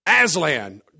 Aslan